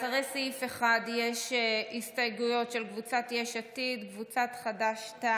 אחרי סעיף 1 יש הסתייגויות של קבוצת יש עתיד ושל קבוצת חד"ש-תע"ל,